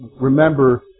remember